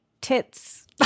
tits